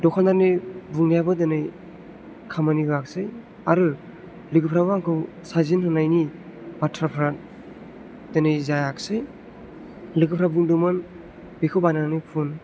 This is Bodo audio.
दखानदारनि बुंनायाबो दिनै खामानि होआखिसै आरो लोगोफ्राबो आंखौ साजेशन होनायनि बाथ्राफ्रा दोनै जायाखिसै लोगोफ्रा बुंदोंमोन बेखौ बायनानै फुन